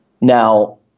Now